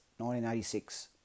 1986